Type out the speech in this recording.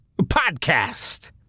podcast